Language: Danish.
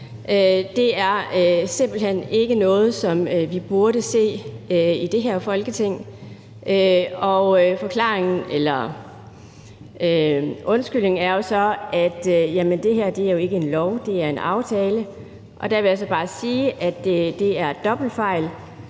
Det er simpelt hen ikke noget, som vi burde se i det her Folketing. Undskyldningen er jo så, at det her ikke er en lov, men en aftale. Og der vil jeg altså bare sige, at det er dobbeltfejl.